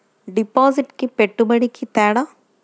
డిపాజిట్కి పెట్టుబడికి తేడా?